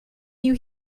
you